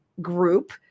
group